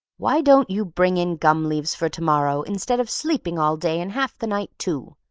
why don't you bring in gum leaves for to-morrow, instead of sleeping all day and half the night too?